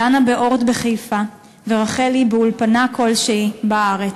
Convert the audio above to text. דנה ב"אורט" בחיפה ורחלי באולפנה כלשהי בארץ?